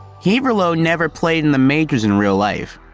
heaverlo never played in the majors in real life.